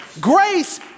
Grace